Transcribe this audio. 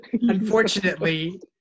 unfortunately